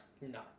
No